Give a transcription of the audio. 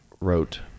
wrote